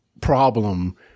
problem